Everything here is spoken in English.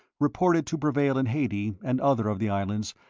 reported to prevail in haiti and other of the islands,